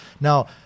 Now